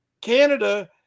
Canada